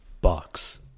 box